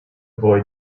boy